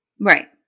right